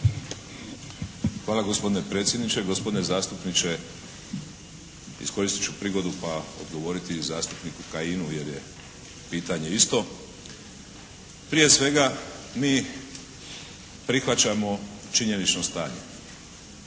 Hvala gospodine predsjedniče. Gospodine zastupniče iskoristit ću prigodu pa odgovoriti i zastupniku Kajinu jer je pitanje isto. Prije svega mi prihvaćamo činjenično stanje,